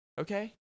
Okay